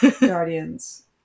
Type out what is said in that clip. guardians